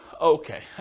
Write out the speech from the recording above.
Okay